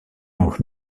nog